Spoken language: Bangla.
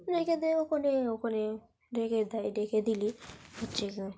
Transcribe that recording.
রেখে দেয় ওখানে ওখানে রেখে দেয় রেখে দিলে হচ্ছে